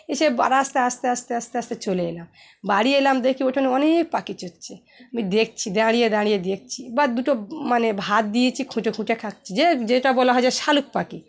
এসে বাড় আস্তে আস্তে আস্তে আস্তে আস্তে চলে এলাম বাড়ি এলাম দেখি ওখানে অনেক পাখি চড়ছে আমি দেখছি দাঁড়িয়ে দাঁড়িয়ে দেখছি বা দুটো মানে ভাত দিয়েছি খুঁটে খুঁটে খাচ্ছে যে যেটা বলা হয় যে শালিক পাখি